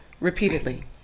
repeatedly